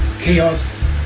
chaos